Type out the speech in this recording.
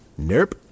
Nerp